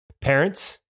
Parents